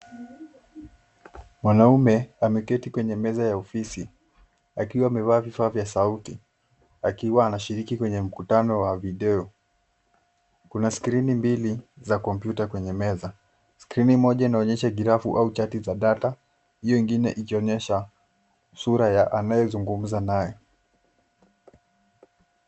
Mwanaume ameketi kwenye meza ya ofisi akiwa amevaa vifaa vya sauti akiwa anashiriki kwenye mkutano wa video. Kuna skrini mbili za kompyuta kwenye meza. Skrini moja inaonyesha graph au chart za data hiyo ingine ikionyesha sura ya anayezungumza naye.